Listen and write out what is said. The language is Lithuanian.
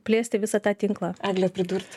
plėsti visą tą tinklą egle pridurt